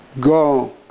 go